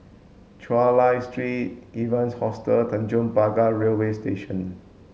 Chulia Street Evans Hostel and Tanjong Pagar Railway Station